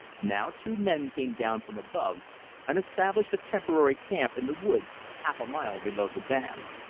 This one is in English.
now two men came down from above and established a temporary camp in the woods half a mile below the dam.